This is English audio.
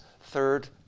Third